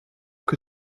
que